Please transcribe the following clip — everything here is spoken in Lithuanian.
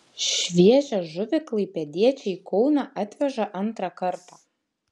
šviežią žuvį klaipėdiečiai į kauną atveža antrą kartą